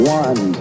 one